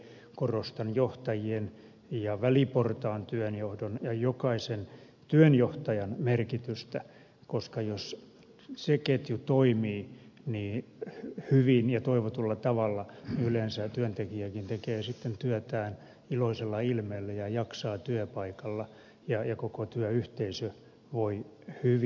korostan johtajien ja väliportaan työnjohdon ja jokaisen työnjohtajan merkitystä koska jos se ketju toimii hyvin ja toivotulla tavalla niin yleensä työntekijäkin tekee sitten työtään iloisella ilmeellä ja jaksaa työpaikalla ja koko työyhteisö voi hyvin